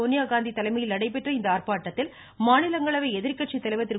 சோனியாகாந்தி தலைமையில் நடைபெற்ற இந்த ஆர்ப்பாட்டத்தில் மாநிலங்களவை எதிர்கட்சித்தலைவர் திரு